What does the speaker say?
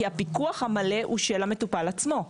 כי הפיקוח המלא הוא של המטופל עצמו.